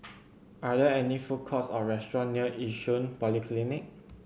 are there any food courts or restaurants near Yishun Polyclinic